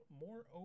more